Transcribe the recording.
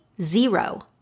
zero